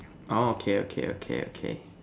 orh okay okay okay okay